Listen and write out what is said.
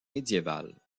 médiévale